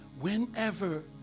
whenever